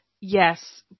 Yes